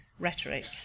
rhetoric